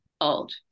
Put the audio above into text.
Old